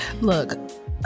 look